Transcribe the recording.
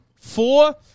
four